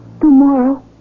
Tomorrow